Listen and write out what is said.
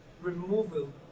removal